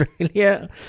Australia